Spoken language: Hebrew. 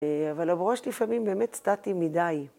‫אבל הברוש לפעמים באמת ‫סטטי מדי.